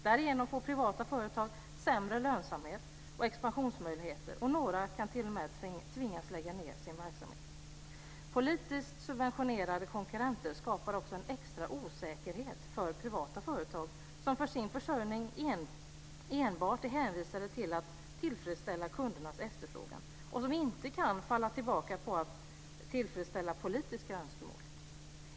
Därigenom får privata företag sämre lönsamhet och expansionsmöjligheter, och några kan t.o.m. tvingas lägga ned sin verksamhet. Politiskt subventionerade konkurrenter skapar också en extra osäkerhet för privata företag som för sin försörjning enbart är hänvisade till att tillfredsställa kundernas efterfrågan och som inte kan falla tillbaka på att tillfredsställa politiska önskemål.